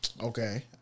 Okay